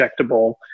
injectable